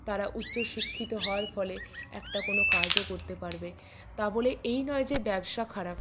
তারা উচ্চশিক্ষিত হওয়ার ফলে একটা কোনো কাজও করতে পারবে তা বলে এই নয় যে ব্যবসা খারাপ